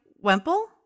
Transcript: Wemple